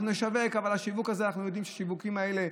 אנחנו נשווק, אבל אנחנו יודעים שהשיווק הזה,